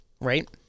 Right